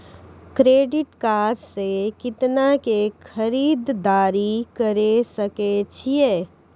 Credit card से कितना के खरीददारी करे सकय छियै?